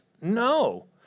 No